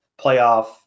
playoff